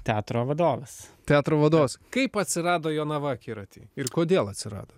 teatro vadovas kaip atsirado jonava akiraty ir kodėl atsirado